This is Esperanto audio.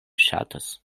ŝatas